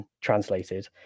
translated